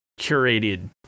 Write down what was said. curated